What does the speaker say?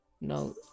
No